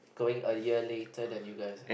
going earlier later than you guys uh